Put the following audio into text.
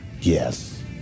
Yes